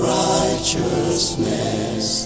righteousness